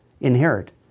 inherit